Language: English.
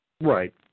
Right